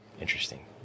interesting